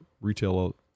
retail